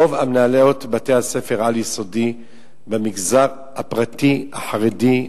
רוב מנהלות בתי-הספר העל-יסודי במגזר הפרטי החרדי,